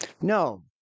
No